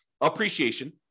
Appreciation